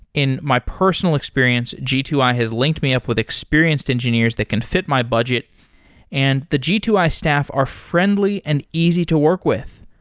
in my personal experience, g two i has linked me up with experienced engineers that can fit my budget and the g two i staff are friendly and easy to work with.